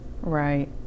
right